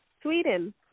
Sweden